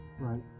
right